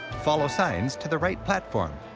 follow signs to the right platform.